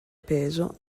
peso